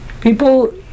people